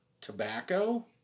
tobacco